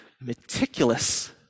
meticulous